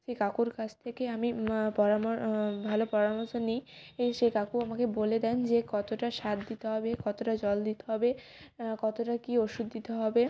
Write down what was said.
সেই কাকুর কাছ থেকে আমি পরামর্শ ভালো পরামর্শ নিই এই সেই কাকু আমাকে বলে দেন যে কতটা সার দিতে হবে কতটা জল দিতে হবে কতটা কী ওষুধ দিতে হবে